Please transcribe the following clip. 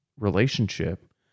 Relationship